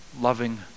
loving